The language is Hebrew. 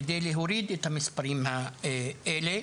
כדי להוריד את המספרים האלה,